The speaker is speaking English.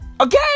Okay